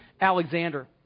Alexander